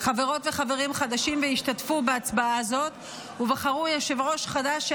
חברות וחברים חדשים והשתתפו בהצבעה הזאת ובחרו יושב-ראש חדש,